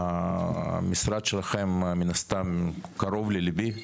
המשרד שלכם, מן הסתם, קרוב לליבי,